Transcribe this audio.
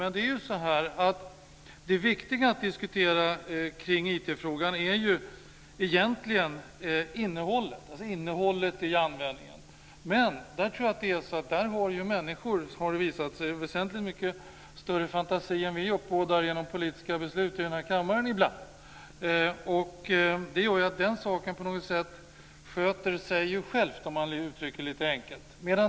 Men det viktiga att diskutera kring IT-frågan är ju egentligen innehållet i användningen. Men där har människor, har det visat sig, väsentligt mycket större fantasi än vi uppbådar genom politiska beslut i denna kammare ibland. Det gör att den saken på något sätt sköter sig självt, om man uttrycker det lite enkelt.